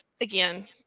again